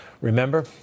Remember